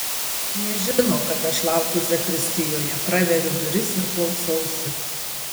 nežino kad aš laukiu zakristijoje praveriu duris ir klausausi